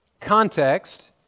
context